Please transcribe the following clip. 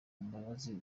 imbabazi